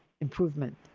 improvement